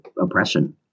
oppression